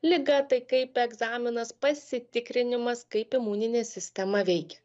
liga tai kaip egzaminas pasitikrinimas kaip imuninė sistema veikia